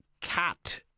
cat